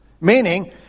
Meaning